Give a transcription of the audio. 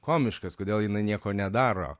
komiškas kodėl jinai nieko nedaro